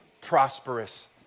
prosperous